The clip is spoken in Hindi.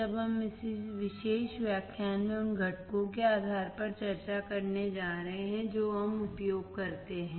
जब हम इस विशेष व्याख्यान में उन घटकों के आधार पर चर्चा करने जा रहे हैं जो हम उपयोग करते हैं